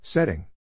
Setting